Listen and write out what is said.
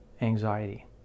anxiety